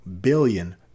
billion